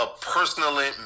personally